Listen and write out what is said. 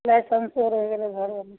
लाइसेन्सो रहि गेलै घरेमे